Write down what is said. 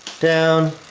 down,